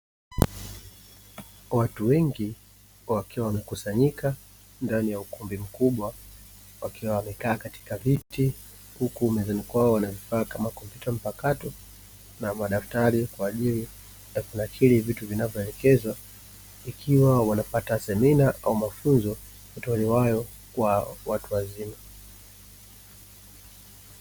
Watu wengi wakiwa wamekusanyika ndani ya ukumbi mkubwa wakiwa wamekaa katika viti, huku mezani kwao wana kompyuta mpakato na madaftari, kwa ajili ya kunakili vitu wanavyoelekezwa ikiwa wanapata semina ama mafunzo, yatolewayo kwa watu wazima.